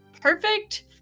perfect